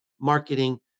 marketing